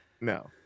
no